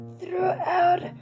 throughout